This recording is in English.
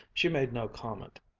she made no comment.